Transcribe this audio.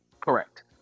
correct